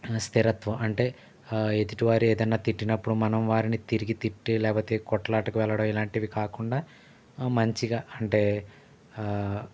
స్థిరత్వం అంటే ఎదుటివారు ఏదన్నా తిట్టినప్పుడు మనం తిరిగి తిట్టి లేకపోతే కొట్లాటకి వెళ్లడం ఇలాంటివి కాకుండా మంచిగా అంటే